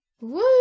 Woo